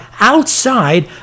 outside